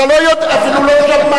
אתה אפילו לא שמעת.